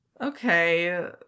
Okay